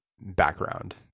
background